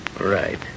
Right